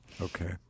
okay